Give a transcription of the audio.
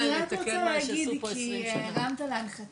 אני רק רוצה להגיד כי הרמת להנחתה,